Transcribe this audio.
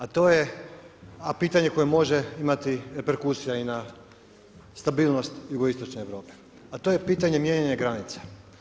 A to je, a pitanje koje može imati reperkusija i na stabilnost jugoistočne Europe, a to je pitanje mijenjanja granica.